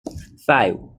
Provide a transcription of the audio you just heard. five